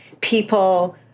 people